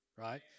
right